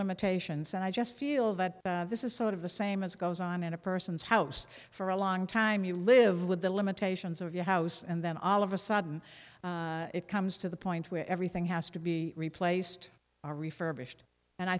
limitations and i just feel that this is sort of the same as it goes on in a person's house for a long time you live with the limitations of your house and then all of a sudden it comes to the point where everything has to be replaced or refurbished and i